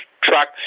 truck